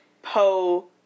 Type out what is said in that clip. Poe